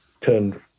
turned